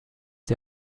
die